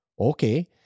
Okay